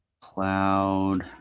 Cloud